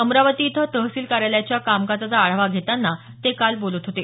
अमरावती इथं तहसील कार्यालयाच्या कामकाजाचा आढावा घेताना ते बोलत होते